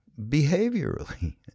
behaviorally